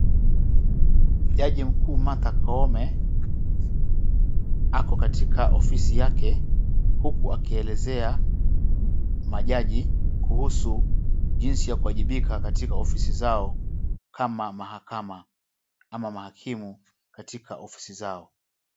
Jaji mkuu Martha Koome ako katika ofisi yake huku akielezea majaji kuhusu jinsi ya kuwajibika katika ofisi zao kama mahakama ama mahakimu katika ofisi zao.